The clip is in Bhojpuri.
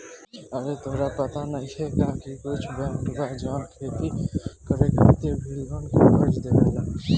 आरे तोहरा पाता नइखे का की कुछ बैंक बा जवन खेती करे खातिर भी लोग के कर्जा देवेला